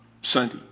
Sunday